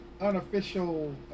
unofficial